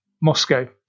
Moscow